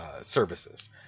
services